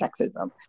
sexism